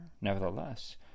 Nevertheless